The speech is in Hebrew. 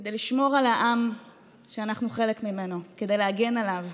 כדי לשמור על העם שאנחנו חלק ממנו, כדי להגן עליו,